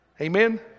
Amen